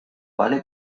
vale